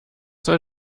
soll